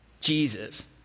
Jesus